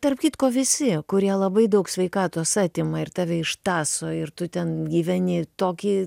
tarp kitko visi kurie labai daug sveikatos atima ir tave ištąso ir tu ten gyveni tokį